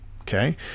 Okay